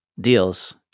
deals